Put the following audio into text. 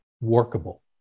workable